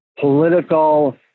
political